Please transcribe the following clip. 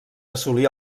assolí